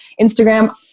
Instagram